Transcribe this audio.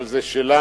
אבל זה שלנו,